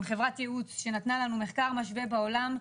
עם חברת ייעוץ שנתנה לנו מחקר משווה בעולם,